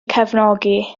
cefnogi